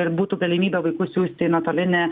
ir būtų galimybė vaikus siųsti į nuotolinį